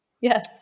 Yes